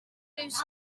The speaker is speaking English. wines